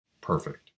perfect